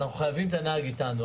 אנחנו חייבים את הנהג איתנו.